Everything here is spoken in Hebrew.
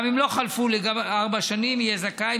גם אם לא חלפו ארבע שנים, יהיה זכאי